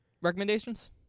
Recommendations